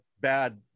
bad